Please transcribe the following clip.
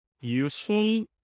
useful